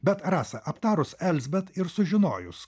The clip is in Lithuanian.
bet rasa aptarus elzbet ir sužinojus